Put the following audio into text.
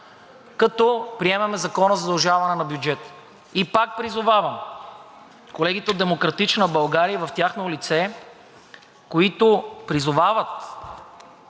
като приемем Закона за удължаване на бюджета. И пак призовавам колегите от „Демократична България“, в тяхно лице, които призовават